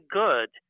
good